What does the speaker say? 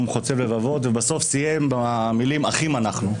חוצב לבבות ובסוף סיים במילים אחים אנחנו.